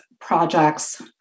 projects